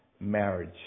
marriage